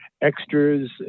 extras